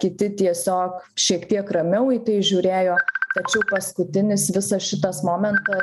kiti tiesiog šiek tiek ramiau į tai žiūrėjo tačiau paskutinis visas šitas momenta